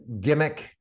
gimmick